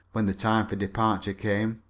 when the time for departure came.